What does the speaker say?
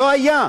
לא היה.